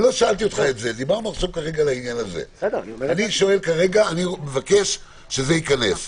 אני מבקש שזה ייכנס.